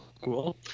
cool